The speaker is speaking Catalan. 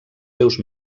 seus